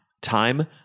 Time